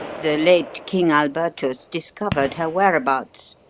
the late king alburtus discovered her whereabouts,